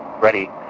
ready